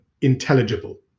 intelligible